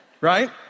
Right